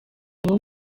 niwo